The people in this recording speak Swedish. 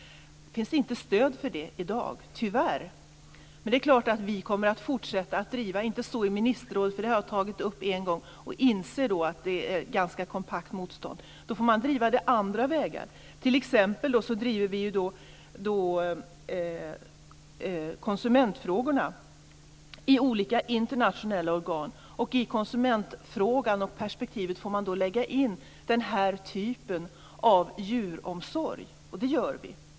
Det finns inte stöd för det i dag, tyvärr. Det är klart att vi kommer att fortsätta att driva detta, men inte i ministerrådet. Det har jag tagit upp en gång, och jag inser att det är ett ganska kompakt motstånd. Då får man driva det på andra vägar. Vi driver t.ex. konsumentfrågor i olika internationella organ. I konsumentfrågan och det perspektivet får man lägga in den här typen av djuromsorg, och det gör vi.